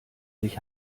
sich